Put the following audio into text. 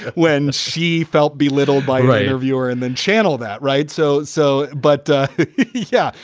when she felt belittled by writer, viewer and then channel that right. so. so but yeah.